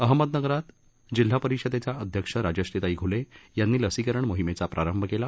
अहमदनगरात जिल्हा परिषदेच्या अध्यक्ष राजश्रीताई घुले यांनी लसीकरम मोहीमेचा प्रारंभ केला